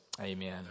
Amen